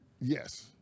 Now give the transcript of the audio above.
Yes